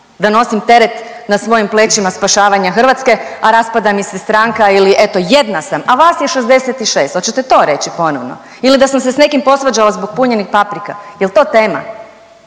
da nosim teret na svojim plećima spašavanja Hrvatske, a raspada mi se stranka ili eto jedna sam, a vas je 66, hoćete to reći ponovno ili da sam se s nekim posvađala zbog punjenih paprika jel to tema,